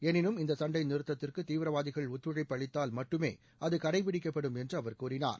எளினும் இந்த சண்டை நிறுத்தத்திற்கு தீவிரவாதிகள் ஒத்துழைப்பு அளித்தால் மட்டுமே அது கடைபிடிக்கப்படும் என்று அவர் கூறினார்